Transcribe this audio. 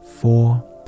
four